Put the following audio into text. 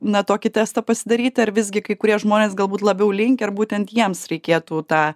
na tokį testą pasidaryti ar visgi kai kurie žmonės galbūt labiau linkę ar būtent jiems reikėtų tą